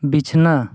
ᱵᱤᱪᱷᱱᱟᱹ